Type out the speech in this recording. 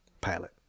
pilot